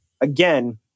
again